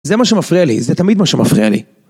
זה מה שמפריע לי, זה תמיד מה שמפריע לי.